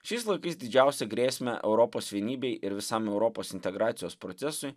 šiais laikais didžiausią grėsmę europos vienybei ir visam europos integracijos procesui